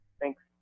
Thanks